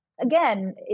again